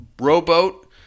rowboat